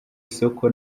isoko